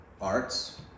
Arts